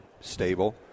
stable